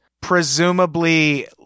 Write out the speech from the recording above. presumably